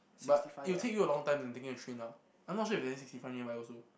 but it will take you a long time when taking the train lah I'm not sure if there's any sixty five nearby also